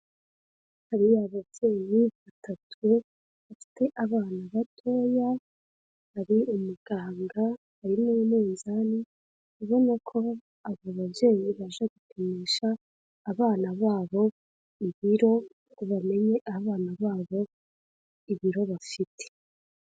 Hari ababyeyi batatu bafite abana batoya, hari umuganga hari n'umunzani, ubona ko abo babyeyi baje gupimisha abana babo ibiro ngo bamenye abana babo ibiro bafite.